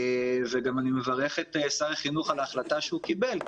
אני גם מברך את שר החינוך על ההחלטה שהוא קיבל,